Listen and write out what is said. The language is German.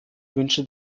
wünsche